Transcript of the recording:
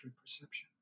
perception